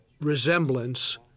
resemblance